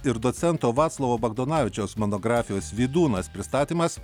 ir docento vaclovo bagdonavičiaus monografijos vydūnas pristatymas